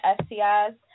STIs